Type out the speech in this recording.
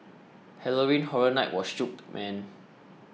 Halloween Horror Night was shook man